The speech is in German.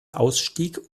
ausstieg